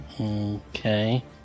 Okay